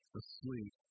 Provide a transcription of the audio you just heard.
asleep